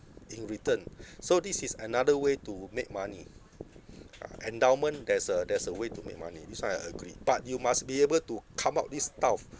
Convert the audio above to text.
in return so this is another way to make money ah endowment there's a there's a way to make money this [one] I agree but you must be able to come out this type of